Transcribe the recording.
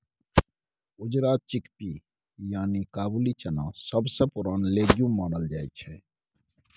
उजरा चिकपी यानी काबुली चना सबसँ पुरान लेग्युम मानल जाइ छै